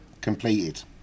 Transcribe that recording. completed